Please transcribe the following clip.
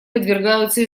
подвергаются